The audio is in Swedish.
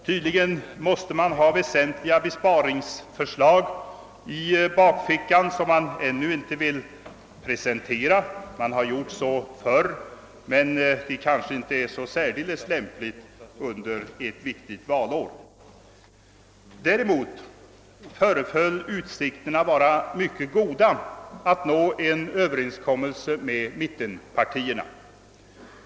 Tydligen måste högern ha väsentliga besparingsförslag i bakfickan, som man ännu inte vill presentera. Man har gjort så förr, men det kanske inte är så lämpligt under ett viktigt valår. Däremot föreföll utsikterna att nå en överenskommelse med mittenpartierna att vara mycket goda.